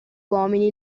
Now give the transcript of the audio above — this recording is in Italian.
uomini